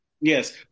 Yes